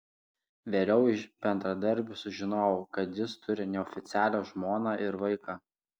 vėliau iš bendradarbių sužinojau kad jis turi neoficialią žmoną ir vaiką